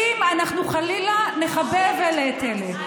אם אנחנו חלילה נחבב אלה את אלה,